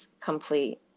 complete